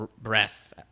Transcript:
breath